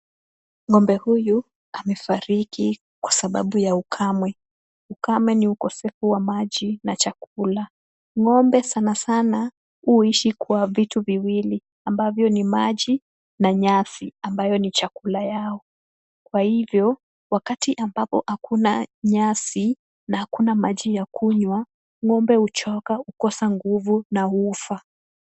Ng'ombe huyu amefariki kwa sababu ya ukame. Ukame ni ukosefu wa maji na chakula. Ng'ombe sanasana huishi kwa vitu viwili ambavyo ni maji na nyasi ambayo ni chakula yao, kwa hivyo wakati ambapo hakuna nyasi na hakuna maji ya kunywa, ng'ombe huchoka, kukosa nguvu na hufa.